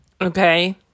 Okay